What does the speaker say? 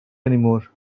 anymore